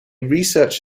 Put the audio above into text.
research